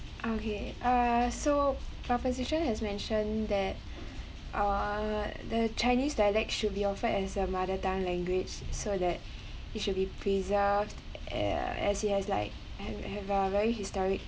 okay uh so proposition has mentioned that uh the chinese dialect should be offered as a mother tongue language so that it should be preserved as it has like have have a very historic